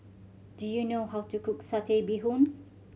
do you know how to cook Satay Bee Hoon